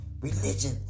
Religion